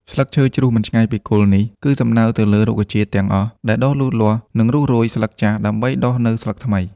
ស្លឹកឈើជ្រុះមិនឆ្ងាយពីគល់ នេះគឺសំដៅទៅលើរុក្ខជាតិទាំងអស់ដែលដុះលូតលាស់ និងរុះរោយស្លឹកចាស់ ដើម្បីដុះនូវស្លឹកថ្មី។